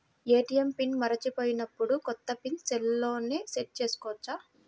ATM PIN మరచిపోయినప్పుడు, కొత్త PIN సెల్లో సెట్ చేసుకోవచ్చా?